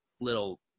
little